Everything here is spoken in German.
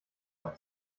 auf